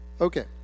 okay